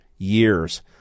Years